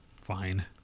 Fine